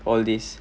all this